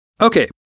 Okay